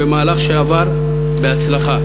במהלך שעבר בהצלחה.